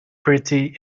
pretty